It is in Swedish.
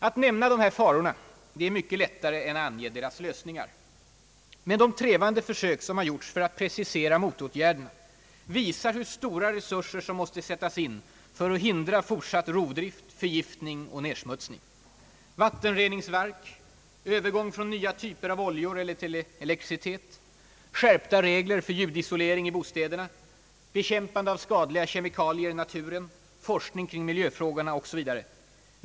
Att nämna dessa faror är mycket lättare än att ange deras lösningar. De tre vande försök som har gjorts för att precisera motåtgärderna visar hur stora resurser som måste sättas in för att hindra fortsatt förgiftning och nedsmutsning: vattenreningsverk, övergång till nya typer av oljor eller till elektricitet, skärpta regler för ljudisolering i bostäderna, bekämpande av skadliga kemikalier i naturen, forskning kring miljöfrågorna o.s. v.